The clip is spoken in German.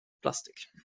plastik